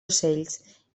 ocells